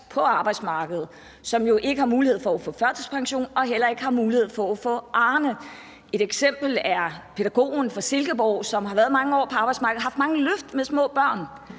på arbejdsmarkedet, som ikke har mulighed for at få førtidspension og heller ikke har mulighed for at få Arnepension. Et eksempel er pædagogen fra Silkeborg, som har været mange år på arbejdsmarkedet og har haft mange løft af små børn,